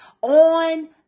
on